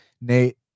Nate